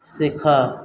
শেখা